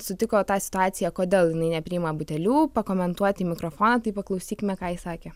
sutiko tą situaciją kodėl jinai nepriima butelių pakomentuot į mikrofoną tai paklausykime ką jis sakė